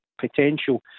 potential